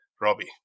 Robbie